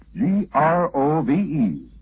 G-R-O-V-E